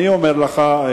אני אומר לך,